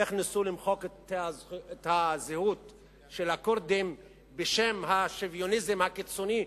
איך ניסו למחוק את הזכות של הכורדים בשם השוויוניזם הקיצוני,